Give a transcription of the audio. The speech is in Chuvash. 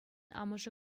амӑшӗ